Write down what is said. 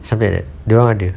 something like dia orang ada